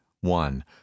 One